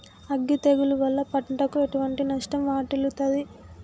అగ్గి తెగులు వల్ల పంటకు ఎటువంటి నష్టం వాటిల్లుతది?